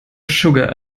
sugar